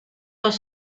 los